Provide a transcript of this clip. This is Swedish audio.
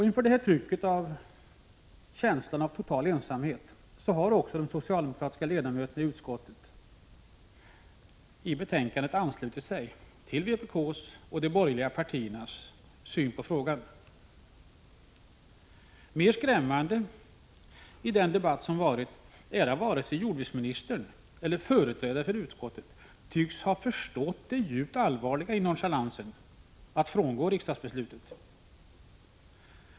Inför detta tryck av en känsla av total ensamhet har också de socialdemokratiska 111 ledamöterna i utskottet i betänkandet anslutit sig till vpk:s och de borgerliga partiernas syn på frågan. Mera skrämmande är, i den debatt som varit, att varken jordbruksministern eller företrädarna i utskottet tycks ha förstått det djupt allvarliga i nonchalansen att frångå ett riksdagsbeslut.